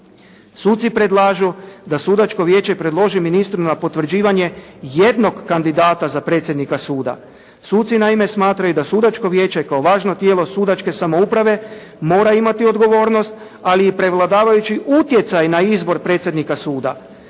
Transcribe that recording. Suci predlažu da Sudačko vijeće predloži ministru na potvrđivanje jednog kandidata za predsjednika suda. Suci naime smatraju da Sudačko vijeće kao važno tijelo sudačke samouprave mora imati odgovornost, ali i prevladavajući utjecaj na izbor predsjednika suda.